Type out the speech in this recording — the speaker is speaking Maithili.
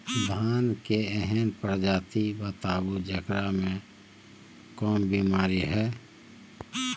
धान के एहन प्रजाति बताबू जेकरा मे कम बीमारी हैय?